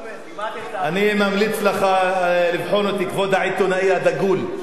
אני ממליץ לך לבחון אותי, כבוד העיתונאי הדגול.